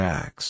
Tax